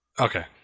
Okay